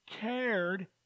cared